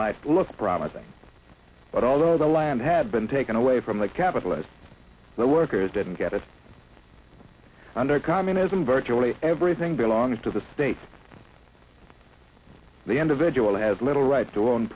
my looks promising but although the land had been taken away from the capitalists the workers didn't get it under communism virtually everything belongs to the state the individual has little rights to own